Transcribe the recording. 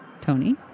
Tony